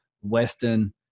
Western